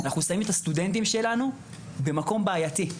אנחנו שמים את הסטודנטים שלנו במקום בעייתי.